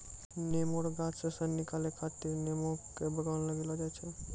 नेमो रो गाछ से सन निकालै खातीर नेमो बगान लगैलो जाय छै